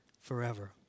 forever